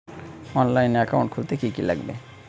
অনলাইনে একাউন্ট খুলতে কি কি লাগবে?